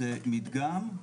זה מדגם,